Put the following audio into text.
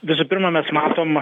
visų pirma mes matom